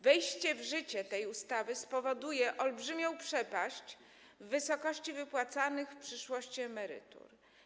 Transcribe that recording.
Wejście w życie tej ustawy spowoduje olbrzymią przepaść w wysokości wypłacanych w przyszłości emerytur.